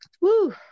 Woo